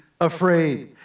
afraid